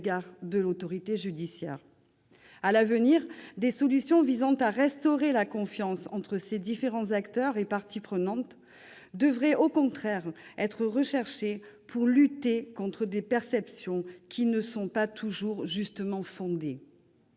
À l'avenir, les solutions visant à restaurer la confiance entre ces différents acteurs, entre les parties prenantes, devraient au contraire être recherchées dans le cadre d'une lutte contre des perceptions qui ne sont pas toujours justement fondées.